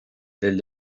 del